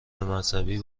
مذهبی